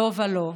לא ולא.